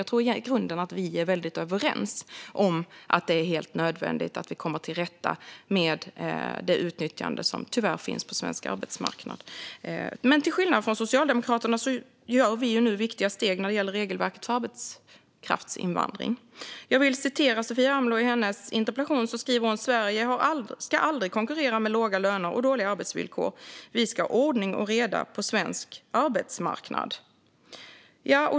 Jag tror i grunden att vi är väldigt överens om att det är helt nödvändigt att komma till rätta med det utnyttjande som tyvärr finns på svensk arbetsmarknad. Till skillnad från Socialdemokraterna tar vi nu viktiga steg när det gäller regelverket för arbetskraftsinvandring. Jag vill citera vad Sofia Amloh skriver i sin interpellation: "Sverige ska aldrig konkurrera med låga löner och dåliga arbetsvillkor. Vi ska ha ordning och reda på svensk arbetsmarknad."